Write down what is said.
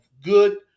good